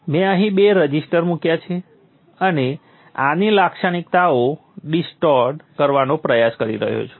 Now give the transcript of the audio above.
મેં અહીં બે રઝિસ્ટર મૂક્યા છે અને આની લાક્ષણિકતાઓ ડિસ્ટોર્ટ કરવાનો પ્રયાસ કરી રહ્યો છું